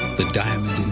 the diamond